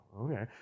okay